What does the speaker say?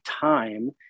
time